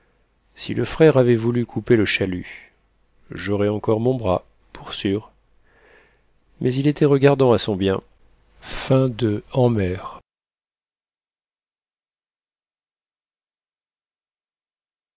si le frère avait voulu couper le chalut j'aurais encore mon bras pour sûr mais il était regardant à son bien